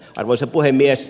arvoisa puhemies